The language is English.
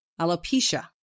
Alopecia